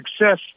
success